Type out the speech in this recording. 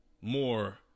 more